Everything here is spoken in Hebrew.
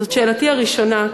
זאת שאלתי הראשונה,